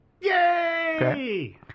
Yay